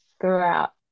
throughout